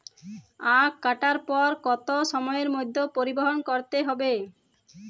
আখ কাটার পর কত সময়ের মধ্যে পরিবহন করতে হবে?